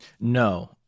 No